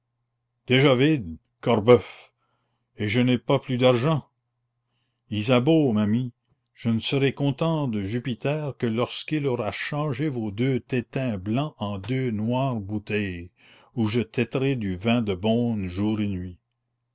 déjà vide corboeuf et je n'ai plus d'argent isabeau ma mie je ne serai content de jupiter que lorsqu'il aura changé vos deux tétins blancs en deux noires bouteilles où je téterai du vin de beaune jour et nuit